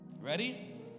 ready